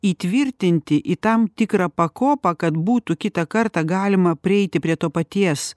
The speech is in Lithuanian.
įtvirtinti į tam tikrą pakopą kad būtų kitą kartą galima prieiti prie to paties